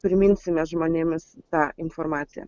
priminsime žmonėmis tą informaciją